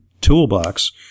Toolbox